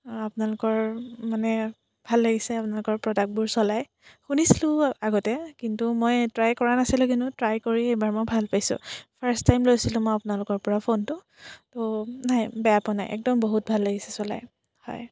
আপোনালোকৰ মানে ভাল লাগিছে আপোনালোকৰ প্ৰডাক্টবোৰ চলাই শুনিছিলোঁ আগতে কিন্তু মই ট্ৰাই কৰা নাছিলো কিন্তু ট্ৰাই কৰি এইবাৰ মই ভাল পাইছোঁ ফাৰ্ষ্ট টাইম লৈছিলোঁ মই আপোনালোকৰ পৰা ফোনটো তো নাই বেয়া পোৱা নাই একদম বহুত ভাল লাগিছে চলাই হয়